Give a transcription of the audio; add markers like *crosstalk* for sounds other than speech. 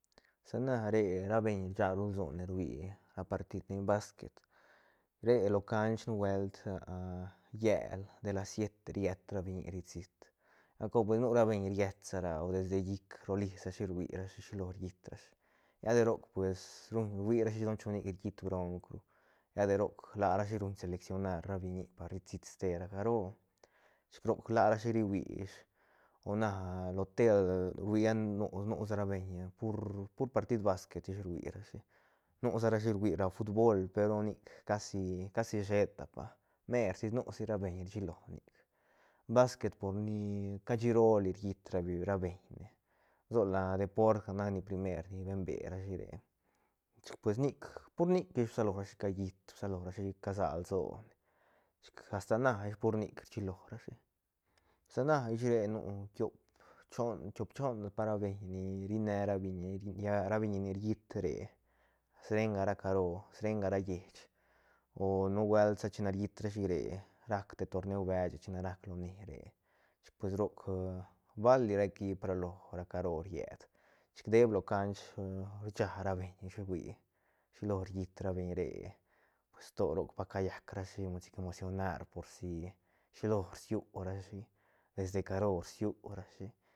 Sa na re ra beñ rsagru lsone ruí ra partid steñ basquet re lo canch nubuelt *hesitation* llel de las siete riet ra biñi ri tsit gal cor pues nu ra beñ rietsa ra o desde llic rolis rashi ruirashi shilo riit rashi lla de roc pues ruñ rhuirashi don chunic ri it bronc ru lla de roc larashi ruñ selecionar ra biñi par risit ste ra caro chic roc larashi ri hui ish o na lo tel huia nusa- nusa ra beñ purr- pur partid basquet ish ruirashi nusarashi rui ra futbol peru nic casi casi sheta pa mertis nu si ra beiñ rshilo nic basquet por ni cashi rooli riit ra be ra beñne sola deportga nac ni primer ni benberashi re chic pues nic pur nic ish rsalorashi callit rsalorashi casag lsone chic asta na ish pur nic rshilorashi sa ish re nu tiop choon tiop choon pa ra beiñ ni rine ra biñi lla ra biñi ni riit re srenga ra caro srenga ra lleich o nu buelt sa chine riit rashi re rac te torneu beche china rac loni re chic pues roc *hesitation* bal li ra equip ralo ra caro riet chic deeb lo canch *hesitation* rcha ra beñ ish rui shilo riit ra beñ re pues to roc va callac rashi mod sic mod sic emocionar por si shilo rsiú rashi desde caro rsiú rashi